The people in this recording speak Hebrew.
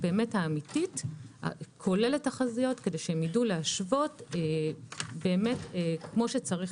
האמיתית הכוללת תחזיות כדי שיוכלו להשוות כמו שצריך